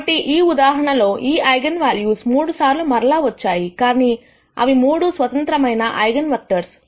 కాబట్టి ఈ ఉదాహరణలో ఈ ఐగన్ వాల్యూస్ మూడు సార్లు మరల వచ్చాయి కానీ అవి మూడు స్వతంత్రమైన ఐగన్ వెక్టర్స్